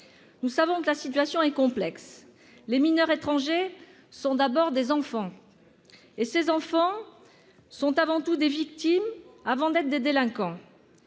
Nous savons que la situation est complexe. Les mineurs étrangers sont d'abord des enfants, et ces enfants sont des victimes avant d'être des délinquants.